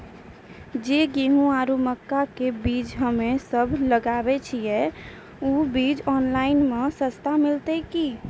जे गेहूँ आरु मक्का के बीज हमे सब लगावे छिये वहा बीज ऑनलाइन मे सस्ता मिलते की?